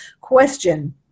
question